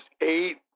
eight